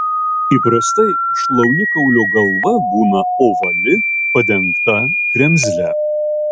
įprastai šlaunikaulio galva būna ovali padengta kremzle